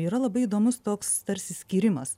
yra labai įdomus toks tarsi skyrimas